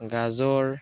গাজৰ